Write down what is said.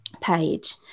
page